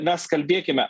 mes kalbėkime